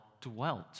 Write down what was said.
dwelt